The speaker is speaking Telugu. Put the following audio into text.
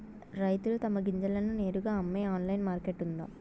రైతులు తమ గింజలను నేరుగా అమ్మే ఆన్లైన్ మార్కెట్ ఉందా?